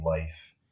life